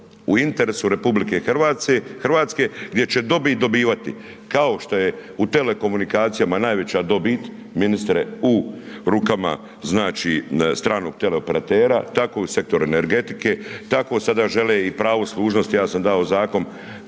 u interesu RH gdje će dobit dobivati. Kao što je u telekomunikacijama najveća dobit ministre u rukama znači stranog teleoperatera, tako i u sektoru energetike, tako sada žele i pravo služnosti ja sam dao zakon